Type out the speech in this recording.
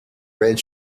red